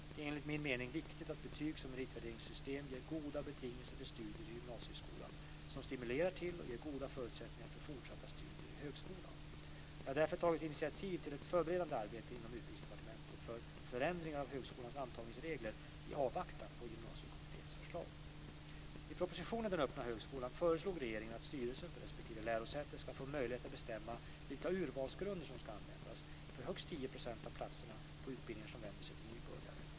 Det är enligt min mening viktigt att betygs och meritvärderingssystem ger goda betingelser för studier i gymnasieskolan som stimulerar till och ger goda förutsättningar för fortsatta studier i högskolan. Jag har därför tagit initiativ till ett förberedande arbete inom Utbildningsdepartementet för förändringar av högskolans antagningsregler i avvaktan på Gymnasiekommitténs förslag. I propositionen Den öppna högskolan föreslog regeringen att styrelsen för respektive lärosäte ska få möjlighet att bestämma vilka urvalsgrunder som ska användas för högst 10 % av platserna på utbildningar som vänder sig till nybörjare.